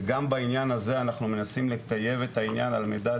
וגם בעניין הזה אנחנו מנסים לטייב את העניין על מנת